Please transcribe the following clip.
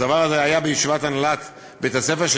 הדבר הזה היה בישיבת הנהלת בית-הספר,